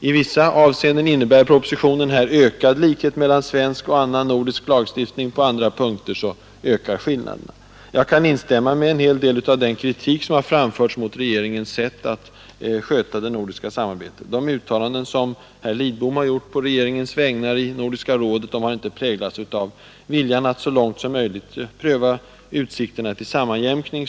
I vissa avseenden innebär propositionen ökad likhet mellan svensk och annan nordisk lagstiftning, på andra punkter ökar skillnaderna. Jag kan instämma med en hel del av den kritik som har framförts mot regeringens sätt att sköta det nordiska samarbetet. De uttalanden som herr Lidbom på regeringens vägnar har gjort i Nordiska rådet har inte präglats av viljan att så långt som möjligt pröva utsikterna till sammanjämkning.